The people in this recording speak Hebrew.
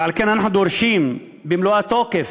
ועל כן אנחנו דורשים במלוא התוקף